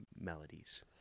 melodies